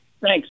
thanks